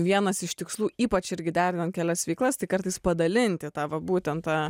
vienas iš tikslų ypač irgi derinant kelias veiklas kartais padalinti tą va būtent tą